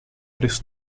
preço